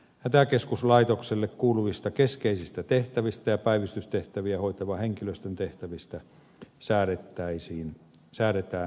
hätäkeskuslaitokselle kuuluvista keskeisistä tehtävistä ja päivystystehtäviä hoitavan henkilöstön tehtävistä säädetään lain tasolla